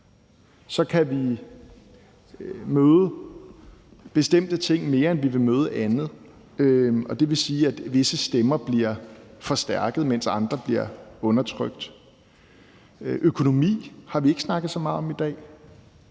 kan vi møde nogle bestemte ting oftere, end vi vil møde andre. Det vil sige, at visse stemmer bliver forstærket, mens andre bliver undertrykt. Økonomi har vi ikke snakket så meget om i dag.